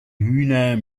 hühner